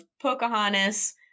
Pocahontas